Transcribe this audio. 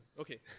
Okay